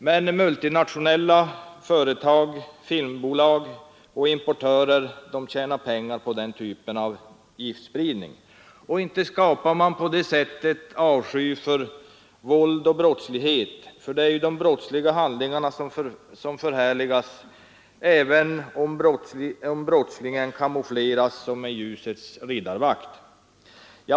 Men multinationella företag, filmbolag och importörer tjänar pengar på den typen av giftspridning. Inte skapar man på det sättet avsky för våld och brottslighet, för det är ju de brottsliga handlingarna som förhärligas, även om brottslingen camoufleras som ljusets riddarvakt.